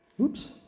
Oops